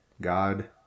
God